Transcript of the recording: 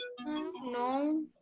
No